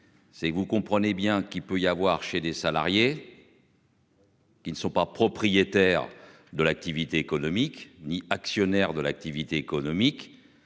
C'est que vous comprenez bien qu'il peut y avoir chez des salariés. Qui ne sont pas propriétaires de l'activité économique ni actionnaire de l'activité économique.